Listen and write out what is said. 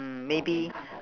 mm maybe